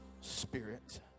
Spirit